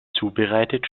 zubereitet